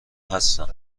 هستم